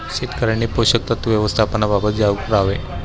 शेतकऱ्यांनी पोषक तत्व व्यवस्थापनाबाबत जागरूक राहावे